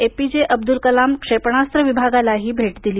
APJ Abdul Kalam क्षेपणास्त्र विभागालाही भेट दिली